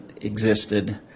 existed